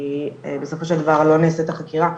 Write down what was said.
כי בסופו של דבר לא נעשתה חקירה,